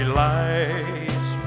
lights